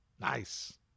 Nice